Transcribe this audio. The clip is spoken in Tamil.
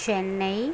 சென்னை